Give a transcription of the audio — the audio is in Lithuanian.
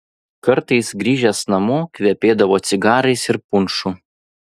kartais grįžęs namo kvepėdavo cigarais ir punšu